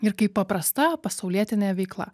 ir kaip paprasta pasaulietinė veikla